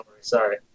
Sorry